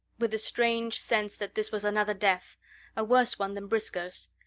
with the strange sense that this was another death a worse one than briscoe's.